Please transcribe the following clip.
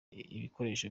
ibikoresho